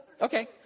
Okay